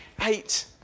eight